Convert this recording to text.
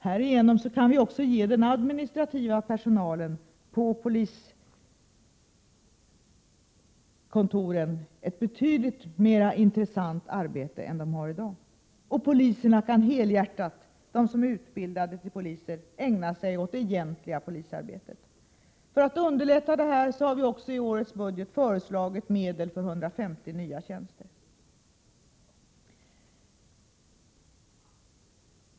Härigenom kan vi också ge den administrativa personalen vid polismyndigheterna ett betydligt mer intressant arbete än de har i dag — och de som är utbildade till poliser kan helhjärtat ägna sig åt det egentliga polisarbetet. För att underlätta detta har vi också i årets budget föreslagit medel till 150 nya administrativa tjänster.